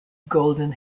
golden